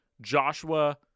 Joshua